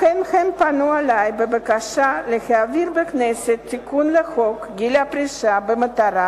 לכן הם פנו אלי בבקשה להעביר בכנסת תיקון לחוק גיל הפרישה במטרה